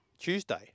Tuesday